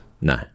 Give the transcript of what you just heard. No